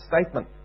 statement